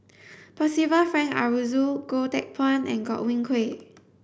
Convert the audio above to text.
Percival Frank Aroozoo Goh Teck Phuan and Godwin Koay